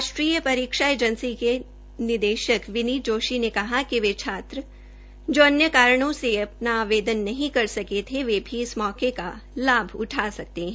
राष्ट्रीय परीक्षा agency NTA के निदेशक विनीत जोशी ने कहा कि वे आज जो अन्य कारणों से अपना आवदेन नहीं कर सकें थे वे भी इस मौके का लाभ उठा सकते है